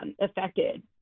affected